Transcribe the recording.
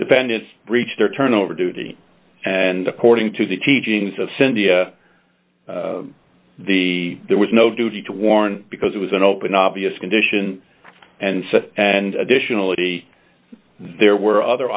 defendant reached their turn over duty and according to the teachings of cynthia the there was no duty to warn because it was an open obvious condition and and additionally there were other